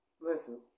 Listen